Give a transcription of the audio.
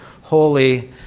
holy